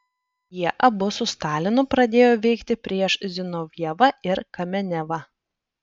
jie abu su stalinu pradėjo veikti prieš zinovjevą ir kamenevą